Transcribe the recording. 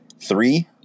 three